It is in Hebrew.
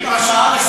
הלו,